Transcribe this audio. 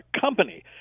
company